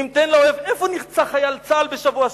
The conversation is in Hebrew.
ניתן לאויב איפה נרצח חייל צה"ל בשבוע שעבר?